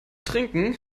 trinken